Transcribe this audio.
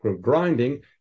grinding